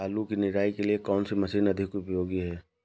आलू की निराई के लिए कौन सी मशीन अधिक उपयोगी है?